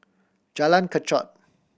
Jalan Kechot